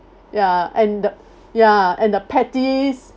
ya and the ya and the patties